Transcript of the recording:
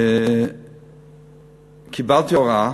כשקיבלתי הוראה